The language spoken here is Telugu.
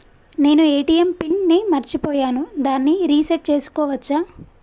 నేను ఏ.టి.ఎం పిన్ ని మరచిపోయాను దాన్ని రీ సెట్ చేసుకోవచ్చా?